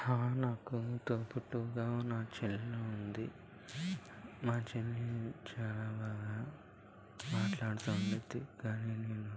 హా నాకు తోబుట్టువుగా నా చెల్లి ఉంది మా చెల్లి చాలా బాగా మాట్లాడతూ ఉండుద్ది కాని నేను